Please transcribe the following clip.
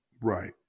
Right